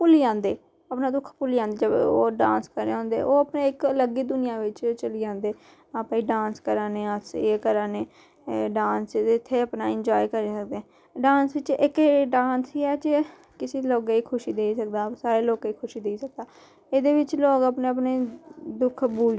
भुल्ली जंदे अपना दुख भुल्ली जंदे ओह् डांस करै दे होंदे ओह् अपना इक अलग ही दुनिया बिच्च चली जन्दे हां भई डांस करा'ने अस एह् करा'ने डांस ते इत्थै अपना एन्जाय करी सकदे डांस बिच्च इक एह् डांस ही ऐ जे किसी लोगें गी खुशी देई सकदा सारें लोके गी खुशी देई सकदा एह्दे बिच्च लोक अपने अपने दुख भूल